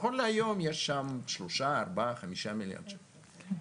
נכון להיום יש שם 3, 4 ,5 מיליארד שקל.